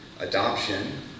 adoption